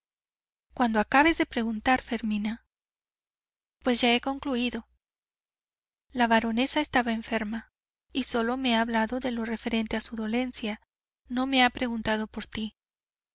cuando acabes de preguntar fermina pues ya he concluido la baronesa estaba enferma y solo me ha hablado de lo referente a su dolencia no me ha preguntado por ti